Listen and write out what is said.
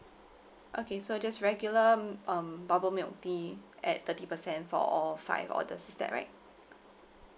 okay so just regular m~ um bubble milk tea at thirty percent for all five orders is that right